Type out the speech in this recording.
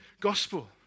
gospel